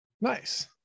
nice